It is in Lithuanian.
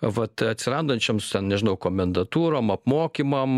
vat atsirandančioms ten nežinau komendantūrom apmokymam